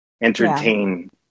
entertain